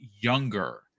younger